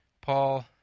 Paul